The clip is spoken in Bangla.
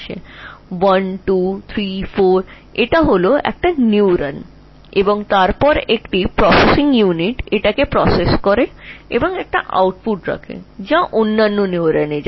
যেমন এগুলো নিউরন 1234 এবং একটি প্রসেসিং ইউনিট এটি প্রক্রিয়া করে এবং এর আউটপুট অন্যান্য নিউরনে যায়